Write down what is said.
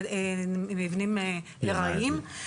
מבנים ארעיים,